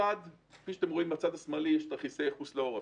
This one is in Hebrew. מחד, יש תרחישי ייחוס לעורף.